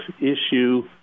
issue